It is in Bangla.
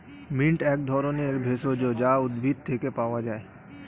মিন্ট এক ধরনের ভেষজ যা উদ্ভিদ থেকে পাওয় যায়